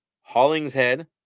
Hollingshead